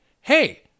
hey